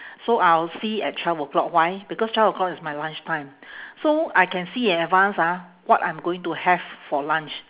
so I will see at twelve o'clock why because twelve o'clock is my lunch time so I can see in advance ah what I'm going to have for lunch